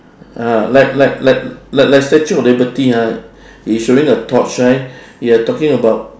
ah like like like like like statue of liberty ah is showing a torch right you're talking about